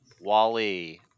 Wally